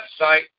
website